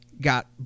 got